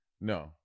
No